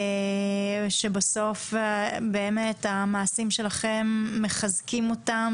בסוף המעשים שלכם באמת מחזקים אותם